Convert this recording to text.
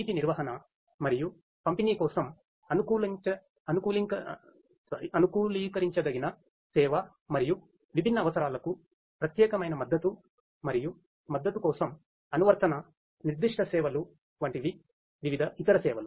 నీటి నిర్వహణ మరియు పంపిణీ కోసం అనుకూలీకరించదగిన సేవ మరియు విభిన్న అవసరాలకు ప్రత్యేకమైన మద్దతు మరియు మద్దతు కోసం అనువర్తన నిర్దిష్ట సేవలు వంటివి వివిధ ఇతర సేవలు